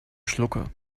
schlucker